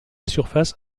surface